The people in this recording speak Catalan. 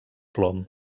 plom